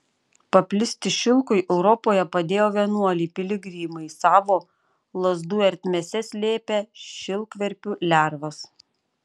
paplisti šilkui europoje padėjo vienuoliai piligrimai savo lazdų ertmėse slėpę šilkverpių lervas